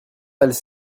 valent